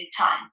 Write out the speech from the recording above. time